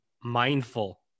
mindful